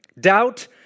Doubt